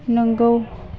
नंगौ